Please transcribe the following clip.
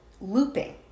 looping